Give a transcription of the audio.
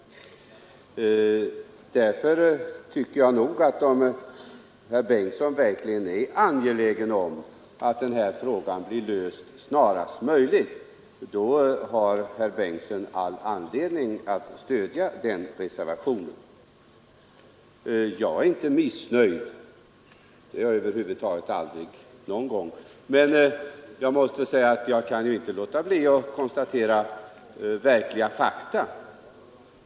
Därför tycker jag nog att om herr Bengtsson verkligen är angelägen om att den här frågan blir löst så snart som möjligt, då har herr Bengtsson all anledning att stödja den reservationen. Jag är inte missnöjd — det är jag över huvud taget aldrig. Men jag måste säga att jag inte kan låta bli att konstatera fakta.